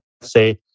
say